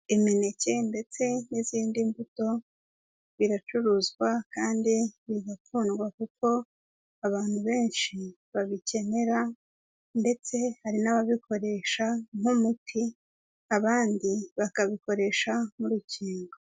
Imineke ndetse n'izindi mbuto, biracuruzwa kandi bigakundwa kuko abantu benshi babikenera ndetse hari n'ababikoresha nk'umuti abandi bakabikoresha nk'urukingo.